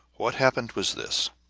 what happened was this